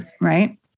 Right